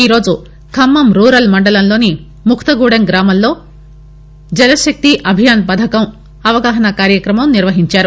ఈ రోజు ఖమ్మం రూరల్ మండలంలోని ముక్తగూడెం గ్రామంలో జలశక్తి అభియాన్ పథకం అవగాహన కార్యక్రమాన్ని నిర్వహించారు